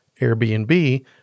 Airbnb